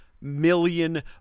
million